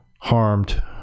harmed